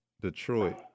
Detroit